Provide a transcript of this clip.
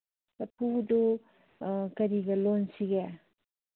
ꯂꯐꯨꯗꯨ ꯀꯔꯤꯒ ꯂꯣꯟꯁꯤꯒꯦ